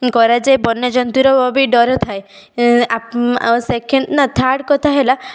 କରାଯାଏ ବନ୍ୟଜନ୍ତୁର ବି ଡର ଥାଏ ସେକେଣ୍ଡ ନା ଥାର୍ଡ଼ କଥା ହେଲା